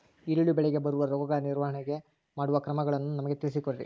ಈರುಳ್ಳಿ ಬೆಳೆಗೆ ಬರುವ ರೋಗಗಳ ನಿರ್ವಹಣೆ ಮಾಡುವ ಕ್ರಮಗಳನ್ನು ನಮಗೆ ತಿಳಿಸಿ ಕೊಡ್ರಿ?